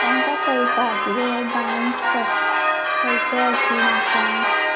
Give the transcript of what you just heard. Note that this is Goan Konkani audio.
तेंकां कळटा कितें डांस कश खंयच्या हेतून आसा